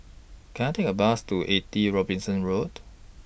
Can I Take A Bus to eighty Robinson Road